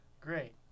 great